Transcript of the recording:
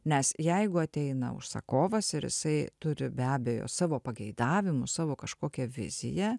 nes jeigu ateina užsakovas ir jisai turi be abejo savo pageidavimus savo kažkokią viziją